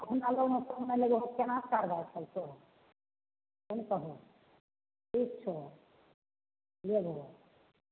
केना कारबार चलतौ से ने कहो ठीक छौ लेबो